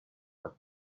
have